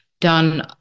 done